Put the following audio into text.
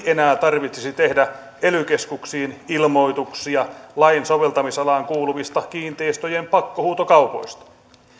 enää tarvitsisi tehdä ely keskuksiin ilmoituksia lain soveltamisalaan kuuluvista kiinteistöjen pakkohuutokaupoista